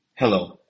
Hello